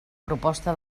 proposta